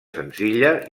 senzilla